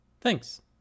Thanks